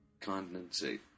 condensate